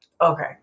Okay